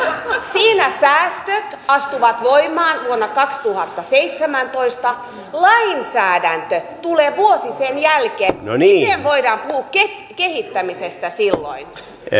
siinä säästöt astuvat voimaan vuonna kaksituhattaseitsemäntoista lainsäädäntö tulee vuosi sen jälkeen miten voidaan puhua kehittämisestä silloin